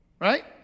Right